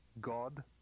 God